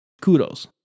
kudos